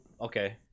Okay